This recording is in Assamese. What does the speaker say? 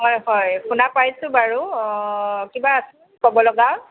হয় হয় শুনা পাইছোঁ বাৰু অ কিবা ক'ব লগা